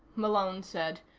malone said.